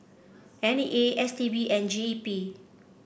N E A S T B and G E P